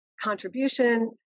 contribution